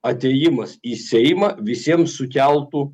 atėjimas į seimą visiems sukeltų